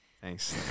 Thanks